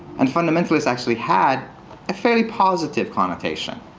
and fundamentalist actually had a fairly positive connotation,